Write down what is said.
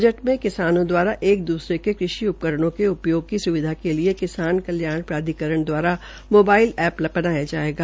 budget में किसानों द्वारा एक दसूरे के कृषि उपकरणों के उपयोग की सुविधा के लिए किसान कल्याण प्राधिकरण द्वारा मोबाइल एप्प बनाई जायेगी